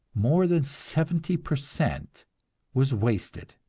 more than seventy per cent was wasted.